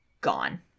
gone